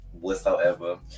whatsoever